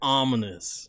ominous